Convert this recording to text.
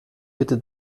bitte